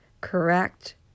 correct